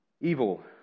evil